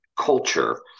culture